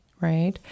right